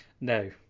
no